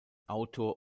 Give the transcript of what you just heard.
autor